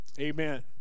Amen